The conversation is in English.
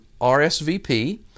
RSVP